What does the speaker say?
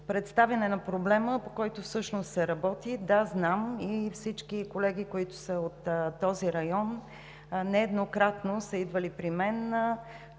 представяне на проблема, по който всъщност се работи. Да, знам. Всички колеги, които са от този район, нееднократно са идвали при мен,